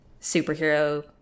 superhero